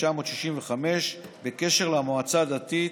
התשכ"ה 1965, בקשר למועצה הדתית